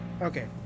okay